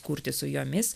kurti su jomis